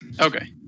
Okay